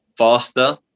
Faster